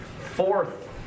Fourth